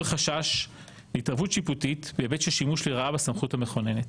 מעורר חשש להתערבות שיפוטית בהיבט של שימוש לרעה בסמכות המכוננת.